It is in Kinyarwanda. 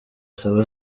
saba